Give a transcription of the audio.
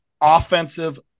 offensive